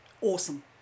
awesome